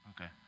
Okay